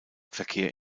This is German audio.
verkehr